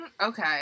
Okay